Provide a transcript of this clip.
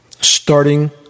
starting